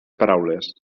paraules